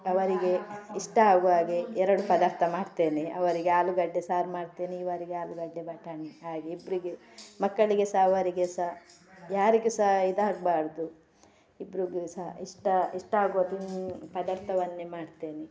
ಅವರಿಗೆ ಇಷ್ಟ ಆಗುವ ಹಾಗೆ ಎರಡು ಪದಾರ್ಥ ಮಾಡ್ತೇನೆ ಅವರಿಗೆ ಆಲೂಗಡ್ಡೆ ಸಾರು ಮಾಡ್ತೇನೆ ಇವರಿಗೆ ಆಲೂಗಡ್ಡೆ ಬಟಾಣಿ ಹಾಗೆ ಇಬ್ಬರಿಗೆ ಮಕ್ಕಳಿಗೆ ಸಹ ಅವರಿಗೆ ಸಹ ಯಾರಿಗೆ ಸಹ ಇದಾಗಬಾರ್ದು ಇಬ್ಬರಿಗೂ ಸಹ ಇಷ್ಟ ಇಷ್ಟ ಆಗುವ ತಿನ್ ಪದಾರ್ಥವನ್ನೇ ಮಾಡ್ತೇನೆ